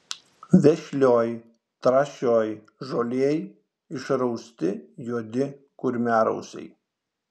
vešlioj trąšioj žolėj išrausti juodi kurmiarausiai